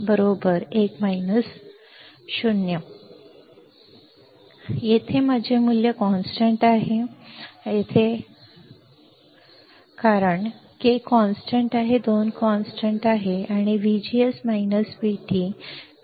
तर ते स्थिर मध्ये स्थिर राहील ते स्थिर सारखे लिहिलेले आहे कारण K स्थिर 2 आहे स्थिर VGS VT VT स्थिर आहे